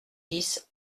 dix